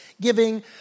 giving